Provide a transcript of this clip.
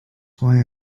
why